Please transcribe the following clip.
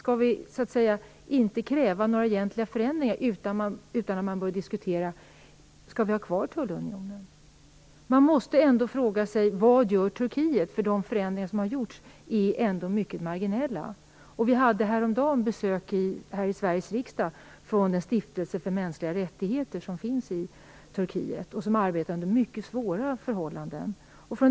Skall vi inte kräva några egentliga förändringar utan börja diskutera om vi skall ha kvar tullunionen? Man måste fråga sig vad Turkiet gör. De förändringar som gjorts är mycket marginella. Häromdagen hade vi besök här i Sveriges riksdag från den turkiska stiftelsen för mänskliga rättigheter, som arbetar under mycket svåra förhållanden.